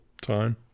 time